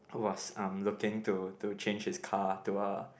was um looking to to change his car to a